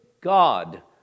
God